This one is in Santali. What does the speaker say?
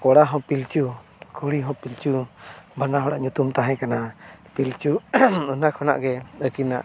ᱠᱚᱲᱟ ᱦᱚᱸ ᱯᱤᱞᱪᱩ ᱠᱩᱲᱤ ᱦᱚᱸ ᱯᱤᱞᱪᱩ ᱵᱟᱱᱟ ᱦᱚᱲᱟᱜ ᱧᱩᱛᱩᱢ ᱛᱟᱦᱮᱸ ᱠᱟᱱᱟ ᱯᱤᱞᱪᱩ ᱚᱱᱟ ᱠᱷᱚᱱᱟᱜ ᱜᱮ ᱟᱹᱠᱤᱱᱟᱜ